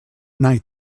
night